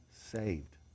saved